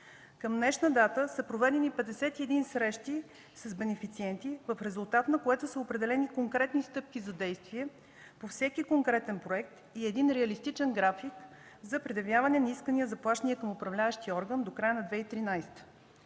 Към днешна дата са проведени 51 срещи с бенефициенти, в резултат на което са определени конкретни стъпки за действие по всеки конкретен проект и един реалистичен график за предявяване на искания за плащания към управляващия орган до края на 2013